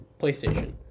PlayStation